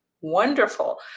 wonderful